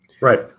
Right